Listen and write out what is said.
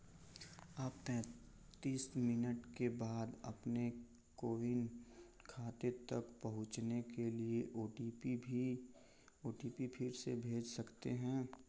आप तैंतीस मिनट के बाद अपने कोविन खाते तक पहुँचने के लिए ओ टी पी भी ओ टी पी फिर से भेज सकते हैं